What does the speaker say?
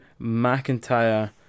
McIntyre